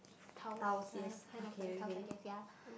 tiles uh kind of like tiles I guess ya